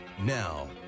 Now